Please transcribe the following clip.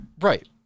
Right